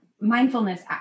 mindfulness